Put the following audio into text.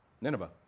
Nineveh